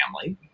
family